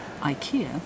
IKEA